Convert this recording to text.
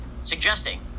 suggesting